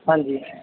ਹਾਂਜੀ